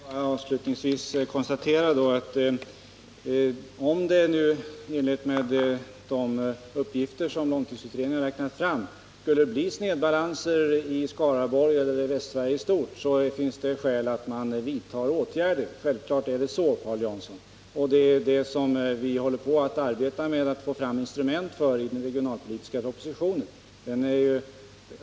Herr talman! Låt mig bara avslutningsvis konstatera att om det i enlighet med de uppgifter som långtidsutredningen har räknat fram skulle bli snedbalanser i Skaraborgs län eller i Västsverige i stort, finns det skäl att vidta åtgärder. I departementet arbetar vid med att finna instrument härför och lägga fram förslag i den regionalpolitiska propositionen.